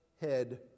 head